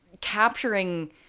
Capturing